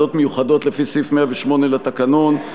ועדות מיוחדות לפי סעיף 108 לתקנון.